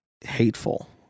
hateful